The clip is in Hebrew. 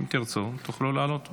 אם תרצו, תוכלו לעלות.